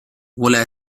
vuole